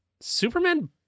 Superman